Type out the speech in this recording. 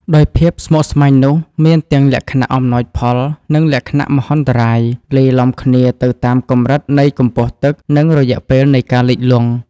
ដោយភាពស្មុគស្មាញនោះ មានទាំងលក្ខណៈអំណោយផល និងលក្ខណៈមហន្តរាយ លាយឡំគ្នាទៅតាមកម្រិតនៃកម្ពស់ទឹក និងរយៈពេលនៃការលិចលង់។